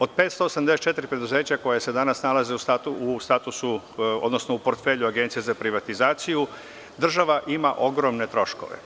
Od 584 preduzeća koja se danas nalaze u statusu, odnosno u portfelju Agencije za privatizaciju država ima ogromne troškove.